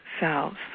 selves